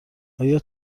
آیا